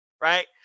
right